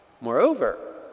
Moreover